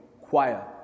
choir